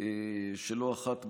שלא אחת,